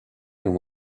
and